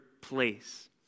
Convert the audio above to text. place